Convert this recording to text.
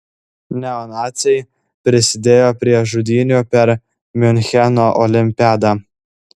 neonaciai prisidėjo prie žudynių per miuncheno olimpiadą